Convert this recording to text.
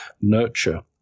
nurture